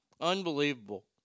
Unbelievable